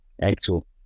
actual